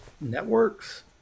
networks